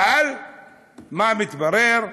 אבל מה מתברר?